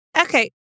Okay